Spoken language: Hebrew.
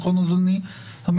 נכון, אדוני המנהל?